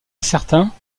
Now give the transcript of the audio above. certains